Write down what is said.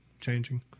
changing